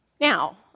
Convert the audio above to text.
Now